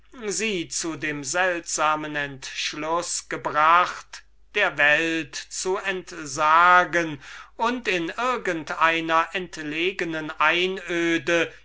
sie zu dem seltsamen entschluß gebracht der welt zu entsagen und in irgend einer entlegenen einöde